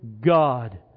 God